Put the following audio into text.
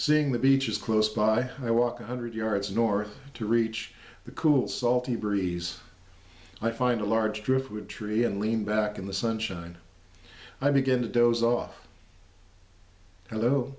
seeing the beaches close by i walk a hundred yards north to reach the cool salty breeze i find a large driftwood tree and lean back in the sunshine i begin to doze off